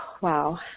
wow